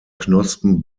knospen